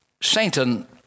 Satan